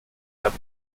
der